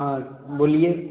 हँ बोलिऔ